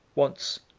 once,